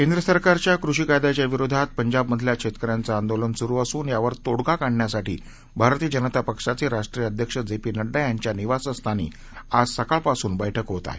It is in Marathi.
केंद्र सरकारच्या कृषी कायद्याच्या विरोधात पंजाबमधल्या शेतकऱ्यांचं आंदोलन सुरु असून यावर तोडगा काढण्यासाठी भारतीय जनता पक्षाचे राष्ट्रीय अध्यक्ष जे पी नड्डा यांच्या निवासस्थानी आज सकाळपासून बक्कि होत आहे